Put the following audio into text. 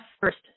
first